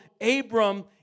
Abram